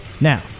Now